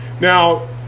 Now